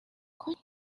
کنید